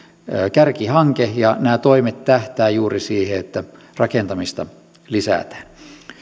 kärkihanke ja nämä toimet tähtäävät juuri siihen että rakentamista lisätään